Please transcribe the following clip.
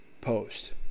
post